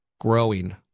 growing